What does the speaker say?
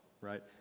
right